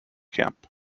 camp